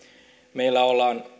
meillä ollaan